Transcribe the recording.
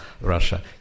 Russia